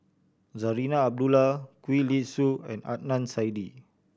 Zarinah Abdullah Gwee Li Sui and Adnan Saidi